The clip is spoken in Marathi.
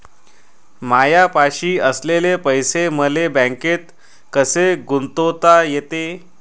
मायापाशी असलेले पैसे मले बँकेत कसे गुंतोता येते?